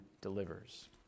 delivers